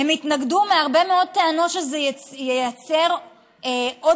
הם התנגדו בהרבה מאוד טענות שזה ייצר עודף